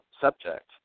subject